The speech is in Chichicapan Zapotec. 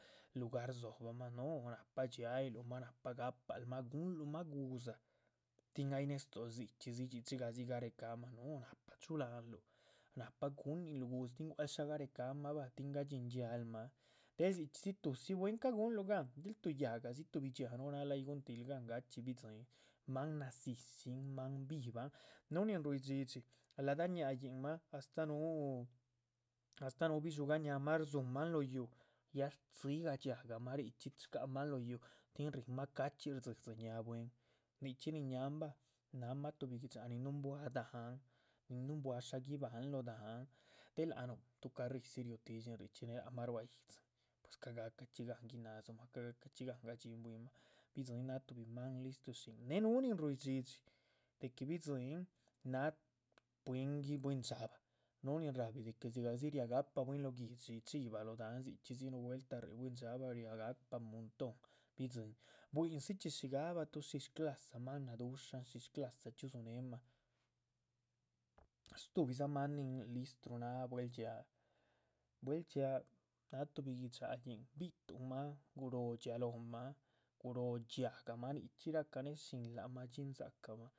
Lugar dzo´bahma, no, nahpa dxiayiluhma, gahpalmah, guhunluhma gu´dza tin ay nestidxiluh dzichxídzi dzxigah dzi garecahma, no nahpa chula´nluh. nahpa guninluh gu´dza tin gua´cl garecáhma bah tin gadxín dxhíal mah, del dzichxídzi tudzi bwín ca´guhunluh gan, del yáhga dzi tuhbi dxhíah. núhu náahal ay guhuntil gán gáchxí bidziín maan nadzídzin, maan vivan, núh ni ruydxídxi la´da ñáañin mah astáh núhu bidxúga ñaamah rdzu´mah. lóh yuuh ya rdzi´gah dxiahgamah shca´man lóh yuuh, tin ríhnma ca´chxí rdzídzi ñáa bwín nichxí nin ñáhan báh, náhma tuhbi gui´dxa dahán nin núhubwa sha´guibáhan lóh. dahán del lácnuh tuh carrídzi riotidxínuh richxí néh lácma ruá yídzimah, ca´gaca´chxí gáhn guina´dzumah ca´gaca´chxí gáhnga´dhxín bwín lácma,. bidziín náh tuhbi maan listrushín née núh nin ruydxídxi de que bidziín náh spwín bwín dxaaba núh nin ra´hbi de que dzigah dzi raga´pa bwín lóh guihdxi. chiva lóh dahán dzichxídzi núh vuelta bwín dxaaba riaga´pah muntón bidziín, buín dzichxí dxíigahbatuh shish cla´sa maan nadu´sha, shish cla´sa chxíu dzu´nehma, shtubidza maan listru náha bwel dxíaa, bwel dxíaa náa tuhbi gui´dxayín bi´tuhnmah, guróo dxhía lóhma, guróo dxiahgamah nichxí raca´neh shín láac mah dxín dza´cahma